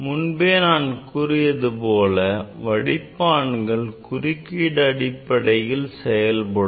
முன்பே கூறியது போல் வடிப்பான்கள் குறுக்கீடு அடிப்படையில் செயல்படும்